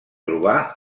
trobar